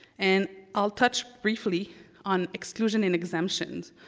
and i'll touch briefly on exclusion and exemptions.